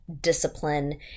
discipline